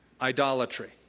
idolatry